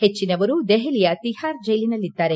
ಹೆಚ್ಚಿನವರು ದೆಹಲಿಯ ತಿಹಾರ್ ಜೈಲ್ನಲ್ಲಿದ್ದಾರೆ